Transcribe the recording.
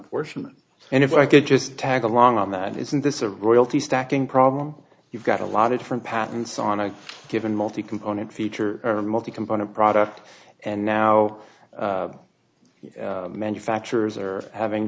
portion and if i could just tag along on that isn't this a royalty stacking problem you've got a lot of different patents on a given multi component feature or a multi component product and now manufacturers are having